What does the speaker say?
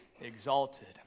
exalted